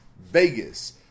Vegas